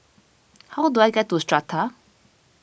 how do I get to Strata